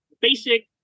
basic